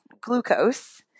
glucose